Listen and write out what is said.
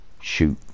shoot